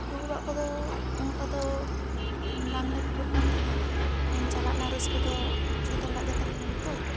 ᱫᱩᱲᱩᱵᱟᱜ ᱠᱚ ᱫᱚ ᱩᱱᱟᱹᱴᱟᱜ ᱫᱚ ᱵᱟᱝ ᱞᱮ ᱠᱩᱞᱟᱹᱜ ᱠᱟᱱ ᱛᱟᱦᱮᱸᱜᱼᱟ ᱨᱚᱱ ᱪᱟᱞᱟᱜ ᱨᱮᱭᱟᱜ ᱨᱟᱹᱥᱠᱟᱹ ᱫᱚ ᱡᱷᱚᱛᱚ ᱦᱚᱲᱟᱜ ᱜᱮ ᱛᱟᱦᱮᱸ ᱞᱮᱱᱟ ᱛᱚ